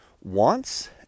wants